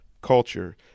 culture